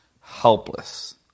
helpless